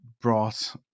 brought